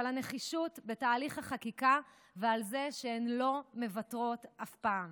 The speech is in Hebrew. על הנחישות בתהליך החקיקה ועל זה שהן לא מוותרות אף פעם.